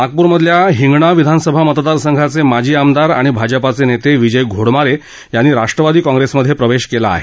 नागपूरमधल्या हिंगणा विधानसभा मतदारसंघाचे माजी आमदार आणि भाजपाचे नेते विजय घोडमारे यांनी राष्ट्रवादी काँप्रेसमध्ये प्रवेश केला आहे